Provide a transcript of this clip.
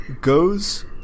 goes